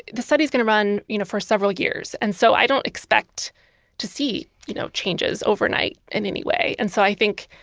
the study is going to run you know for several years, and so i don't expect to see you know changes overnight in any way. and so, i think,